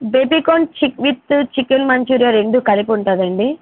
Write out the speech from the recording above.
baby corn చికె with chicken manchurian రెండు కలిపి ఉంటుంది అండి